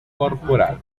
corporal